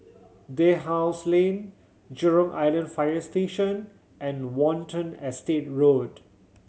Dalhousie Lane Jurong Island Fire Station and Watten Estate Road